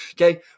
okay